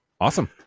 awesome